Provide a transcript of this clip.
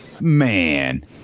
man